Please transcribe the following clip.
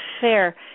fair